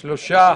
שלושה.